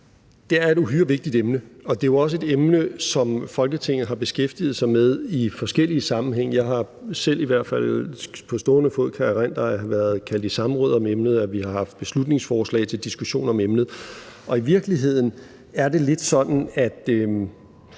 Det er et uhyre vigtigt emne, og det er jo også et emne, som Folketinget har beskæftiget sig med i forskellige sammenhænge. Jeg kan på stående fod erindre at have været kaldt i samråd om emnet, at vi har haft beslutningsforslag til diskussion om emnet. I virkeligheden er det lidt sådan, at